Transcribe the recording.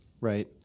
Right